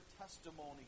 testimony